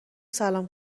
سلام